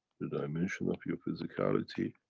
the dimension of your physicality,